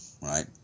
right